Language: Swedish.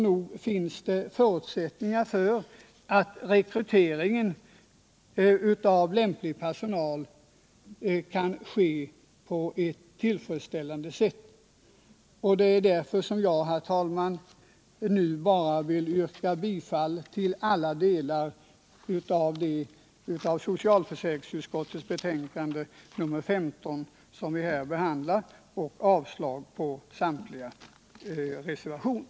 Nog finns det förutsättningar för att rekryteringen av lämplig personal kan ske på ett tillfredsställande sätt. Det är därför jag nu, herr talman, bara vill yrka bifall till hemställan i alla delar av socialförsäkringsutskottets betänkande nr 15, som vi nu behandlar, och avslag på samtliga reservationer.